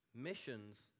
Missions